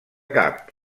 cap